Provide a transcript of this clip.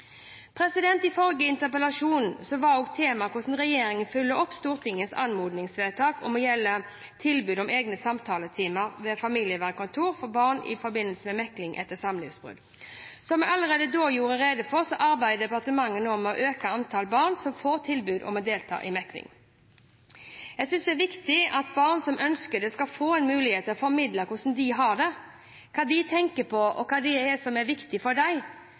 I forrige interpellasjon var temaet hvordan regjeringen følger opp Stortingets anmodningsvedtak som gjelder tilbud om egne samtaletimer ved familievernkontor for barn i forbindelse med mekling etter samlivsbrudd. Som jeg allerede da gjorde rede for, arbeider departementet nå med å øke antallet barn som får tilbud om å delta i mekling. Jeg synes det er viktig at barn som ønsker det, skal få en mulighet til å formidle hvordan de har det, hva de tenker på og hva som er viktig for dem,